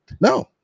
No